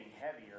heavier